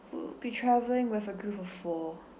be travelling with a group of four